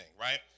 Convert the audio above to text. right